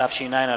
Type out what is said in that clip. התש"ע 2010,